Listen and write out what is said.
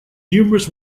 numerous